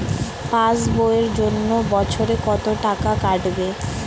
Pass বইয়ের জন্য বছরে কত টাকা কাটবে?